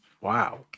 Wow